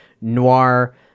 noir